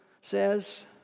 says